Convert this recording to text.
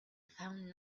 found